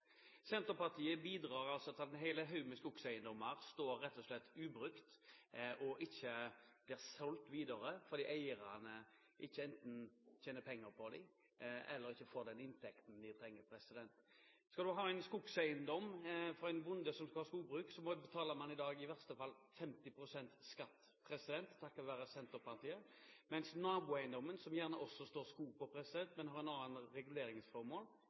Senterpartiet bidrar til at en hel haug med skogseiendommer rett og slett står ubrukt og ikke blir solgt videre, fordi eierne enten ikke tjener penger på dem, eller ikke får den inntekten de trenger. Skal man kjøpe en skogseiendom av en bonde for å drive skogbruk, betaler man i dag i verste fall 50 pst. skatt – takket være Senterpartiet – mens man for naboeiendommen, som det gjerne også står skog på, men som har et annet reguleringsformål,